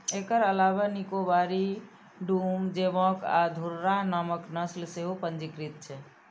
एकर अलावे निकोबारी, डूम, जोवॉक आ घुर्राह नामक नस्ल सेहो पंजीकृत छै